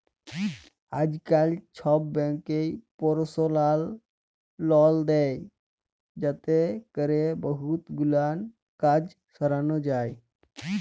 আইজকাল ছব ব্যাংকই পারসলাল লল দেই যাতে ক্যরে বহুত গুলান কাজ সরানো যায়